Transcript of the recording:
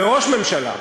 וראש ממשלה,